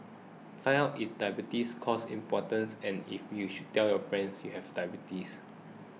find out if diabetes causes impotence and if you should tell your friends you have diabetes